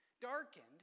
darkened